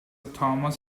thomas